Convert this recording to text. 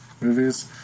Movies